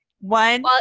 One